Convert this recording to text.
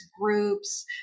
groups